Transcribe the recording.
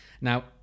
now